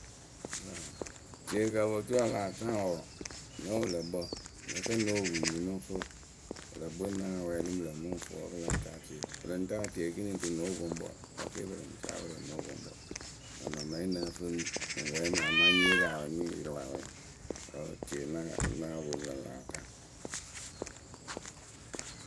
Tie kɨ o po turu a lah taa ŋwǝ wǝǝ nǝ wɨlǝkpǝ nǝ kǝ ŋ nóo pu nyiyǝ mɨ ŋ fɨ wǝ. wɨlǝkpǝ we ŋ náa wɛɛlɩ mɨ lǝ̈ mɨ ŋ fɨ wǝ́ pɨ láa taa tie pɨ lɨŋ taa rɨ no wɨpoŋkpǝ wǝ́ ke pɨ lɨŋ caa pɨrǝŋyǝ rɨ no wɨpoŋkpǝ. Nɔnɔmɛyǝ we wǝ́ ŋ nǝ́ǝ fɨ ŋ wɛɛlɩ mɨ lǝ̈ amaa nyée re awɛ nyɨ ŋ yɩrɩ awɛ wǝ́ tieyǝ ŋ nóo poŋ mɨ lǝ̈ ata wǝ.